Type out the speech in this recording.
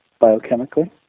biochemically